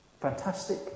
fantastic